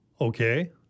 okay